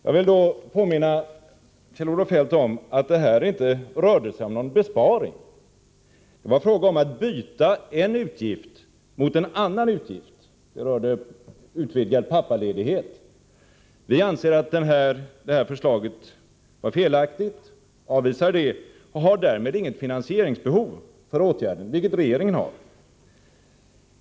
Jag vill påminna Kjell-Olof Feldt om att det här inte rör sig om någon besparing. Det är fråga om att byta en avgift mot en annan avgift. Det rör utvidgad pappaledighet. Vi anser att förslaget är felaktigt, avvisar det och har därmed inget finansieringsbehov för åtgärden, vilket regeringen har.